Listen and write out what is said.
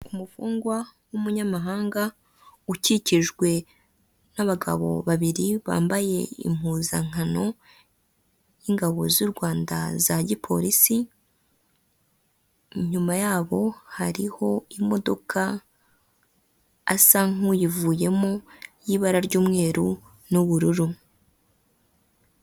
Umufungwa w'umunyamahanga ukikijwe n'abagabo babiri bambaye impuzankano y'ingabo z'u Rwanda za gipolisi, inyuma yabo hariho imodoka asa nk'uyivuyemo y'ibara ry'umweru n'ubururu.